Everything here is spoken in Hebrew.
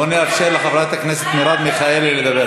בואו נאפשר לחברת הכנסת מרב מיכאלי לדבר.